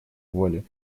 воли